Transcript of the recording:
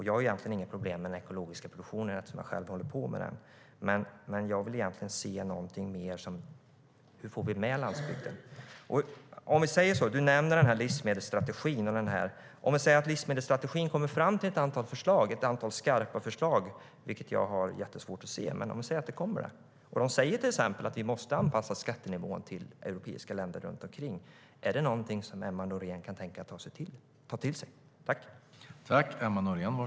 Jag har egentligen inga problem med den ekologiska produktionen eftersom jag själv håller på med den, men jag vill se någonting mer om hur vi får med landsbygden.